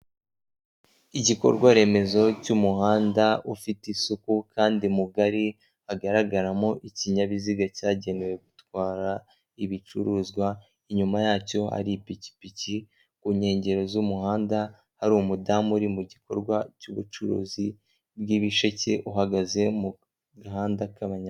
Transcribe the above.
Igikorwa remezo cy'umuhanda ufite isuku kandi mugari hagaragaramo ikinyabiziga cyagenewe gutwara ibicuruzwa inyuma yacyo ari ipikipiki ku nkengero z'umuhanda hari umudamu uri mu gikorwa cy'ubucuruzi bw'ibisheke uhagaze mu gahanda k'abanyamaguru.